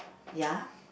ya